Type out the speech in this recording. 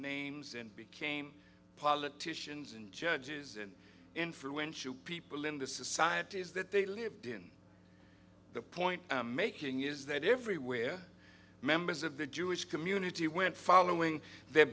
names and became politicians and judges and influential people in the societies that they lived in the point i'm making is that everywhere members of the jewish community went following their